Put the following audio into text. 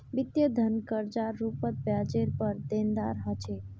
वित्तीय धन कर्जार रूपत ब्याजरेर पर देनदार ह छे